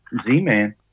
Z-Man